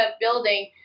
building